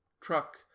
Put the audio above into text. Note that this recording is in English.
truck